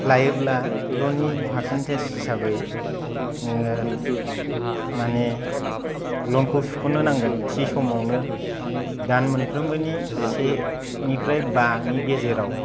लायोब्ला लननि पारसेन्टेज हिसाबै नोङो मानि लनखौ सुखनो नांगोन थि समावनो दान मोनफ्रोमबोनि सेनिफ्राय बानि गेजेराव